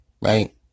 Right